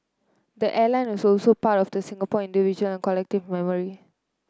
the airline is also part of the Singapore individual and collective memory